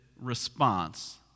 response